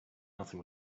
nothing